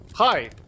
Hi